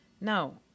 no